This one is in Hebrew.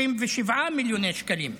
27 מיליוני שקלים,